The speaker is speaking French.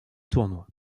tournoi